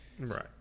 Right